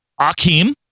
Akeem